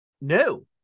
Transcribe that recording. no